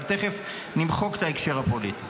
אבל תכף נמחק את ההקשר הפוליטי.